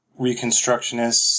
Reconstructionists